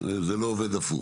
זה לא עובד הפוך.